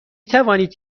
توانید